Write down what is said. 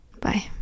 bye